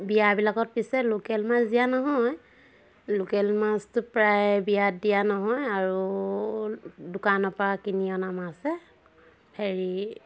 বিয়াবিলাকত পিছে লোকেল মাছ দিয়া নহয় লোকেল মাছটো প্ৰায় বিয়াত দিয়া নহয় আৰু দোকানৰ পৰা কিনি অনা মাছহে হেৰি